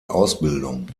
ausbildung